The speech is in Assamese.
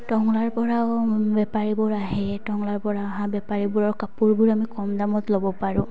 টংলাৰ পৰাও বেপাৰীবোৰ আহে টংলাৰ পৰা অহা বেপাৰীবোৰৰ কাপোৰবোৰ আমি কম দামত ল'ব পাৰোঁ